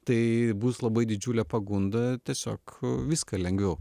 tai bus labai didžiulė pagunda tiesiog viską lengviau